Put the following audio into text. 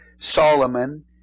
Solomon